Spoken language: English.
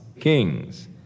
kings